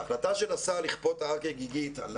ההחלטה של השר לכפות הר כגיגית על